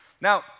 Now